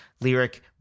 lyric